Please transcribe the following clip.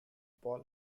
paul